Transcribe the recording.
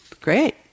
great